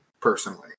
personally